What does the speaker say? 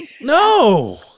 No